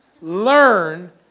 Learn